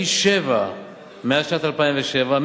פי-שבעה מאז שנת 2007,